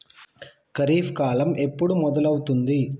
ఖరీఫ్ కాలం ఎప్పుడు మొదలవుతుంది?